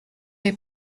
est